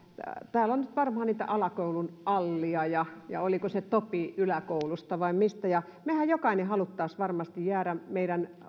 täällä on nyt varmaan niitä alakoulun alleja ja oliko se topi yläkoulusta vai mistä ja mehän jokainen haluaisimme varmasti jäädä meidän